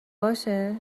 باشه